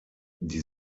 die